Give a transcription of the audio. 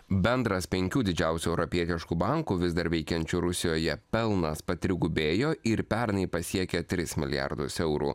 bendras penkių didžiausių europietiškų bankų vis dar veikiančių rusijoje pelnas patrigubėjo ir pernai pasiekė tris milijardus eurų